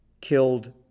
killed